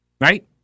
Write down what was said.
right